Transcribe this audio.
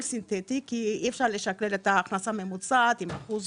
סינטטי כי אי אפשר לשכלל את ההכנסה הממוצעת עם אחוז